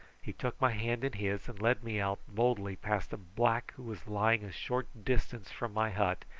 he took my hand in his and led me out boldly past a black who was lying a short distance from my hut,